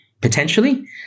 potentially